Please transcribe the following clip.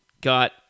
got